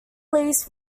release